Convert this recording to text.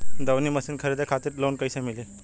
दऊनी मशीन खरीदे खातिर लोन कइसे मिली?